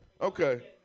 Okay